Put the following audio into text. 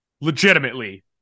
Legitimately